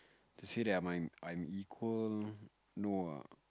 to say that I'm mine I'm equal no ah